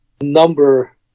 number